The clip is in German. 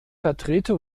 vertrete